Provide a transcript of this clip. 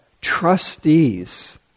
trustees